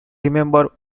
remembered